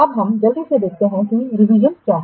अब हम जल्दी से देखते हैं कि रिवीजन क्या है